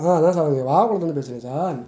ஆ அதான் சார் இங்கே வாகைகொளத்துலேருந்து பேசுகிறேன் சார்